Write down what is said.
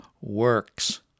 works